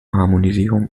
harmonisierung